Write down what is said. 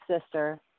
sister